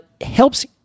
helps